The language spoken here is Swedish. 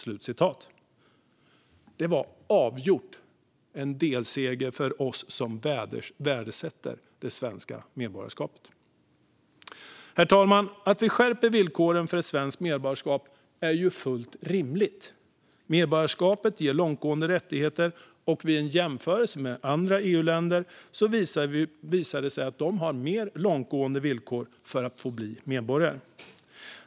Det var avgjort en delseger för oss som värdesätter det svenska medborgarskapet. Herr talman! Att vi skärper villkoren för ett svenskt medborgarskap är fullt rimligt. Medborgarskapet ger långtgående rättigheter, och vid en jämförelse med andra EU-länder visar det sig att de har mer långtgående villkor för att få bli medborgare.